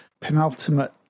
penultimate